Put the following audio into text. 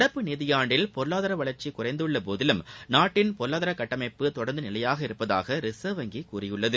நடப்பு நிதியாண்டில் பொருளாதார வளாச்சி குறைந்துள்ள போதிலும் நாட்டின் பொருளாதார கட்டமைப்பு தொடர்ந்து நிலையாக உகள்ளதாக ரிசர்வ் வங்கி கூறியுள்ளது